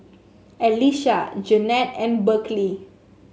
Elisha Jeannette and Berkley